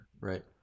right